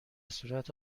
صورت